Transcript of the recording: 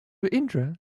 indra